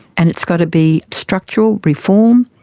and it's got to be structural reform,